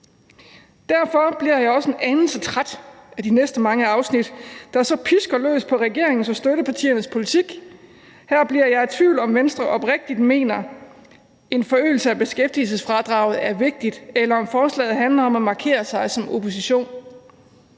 Derfor bliver jeg også en anelse træt af de næste mange afsnit, der så pisker løs på regeringens og støttepartiernes politik. Her bliver jeg i tvivl om, om Venstre oprigtigt mener, at en forøgelse af beskæftigelsesfradraget er vigtigt, eller om forslaget handler om at markere sig som opposition.